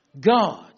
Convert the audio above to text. God